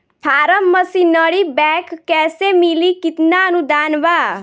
Form machinery bank कैसे मिली कितना अनुदान बा?